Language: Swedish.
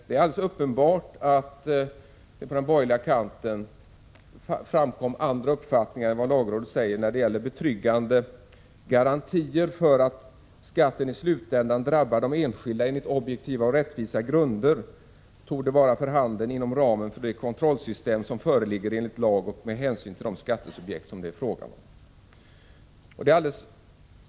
Det är alldeles uppenbart att det från den borgerliga kanten framkom andra uppfattningar än vad lagrådet fört fram när det gäller betryggande garantier för att skatten i slutänden drabbar de skattskyldiga enligt objektiva och rättvisa grunder och att sådana garantier torde vara för handen inom ramen för det kontrollsystem som föreligger enligt lag och med hänsyn till de skattesubjekt som det är fråga om.